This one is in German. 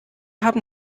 haben